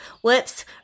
whoops